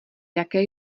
jaké